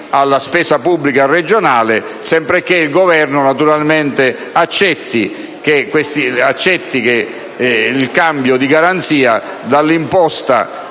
alla spesa pubblica regionale, sempre che il Governo accetti il cambio di garanzia dall’imposta